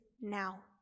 now